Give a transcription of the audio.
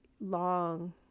long